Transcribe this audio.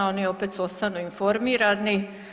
Oni opet ostanu informirani.